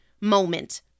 moment